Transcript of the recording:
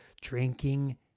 drinking